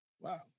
Wow